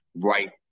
right